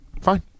Fine